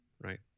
right